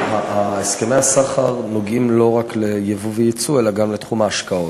הסכמי הסחר נוגעים לא רק ליבוא וליצוא אלא גם לתחום ההשקעות.